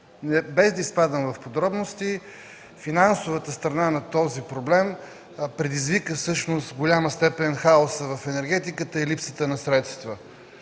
Без да изпадам в подробности, финансовата страна на този проблем предизвика в голяма степен хаос в енергетиката и липсата на средства.